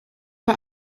bei